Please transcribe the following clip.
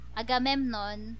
agamemnon